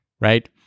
right